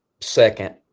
second